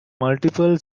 multiple